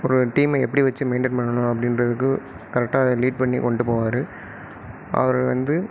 ஒரு டீமை எப்படி வச்சு மெயிண்டென் பண்ணணும் அப்படின்றதுக்கு கரெட்டாக லீட் பண்ணி கொண்டுட்டுப் போவார் அவர் வந்து